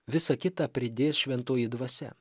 visa kita pridės šventoji dvasia